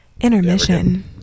intermission